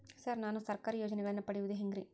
Sir ನಾನು ಸರ್ಕಾರ ಯೋಜೆನೆಗಳನ್ನು ಪಡೆಯುವುದು ಹೆಂಗ್ರಿ?